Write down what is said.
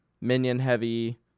minion-heavy